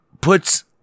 puts